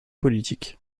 politique